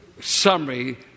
summary